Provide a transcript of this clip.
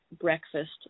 breakfast